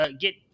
get